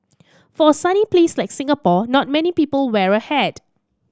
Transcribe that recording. for a sunny place like Singapore not many people wear a hat